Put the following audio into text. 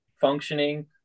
functioning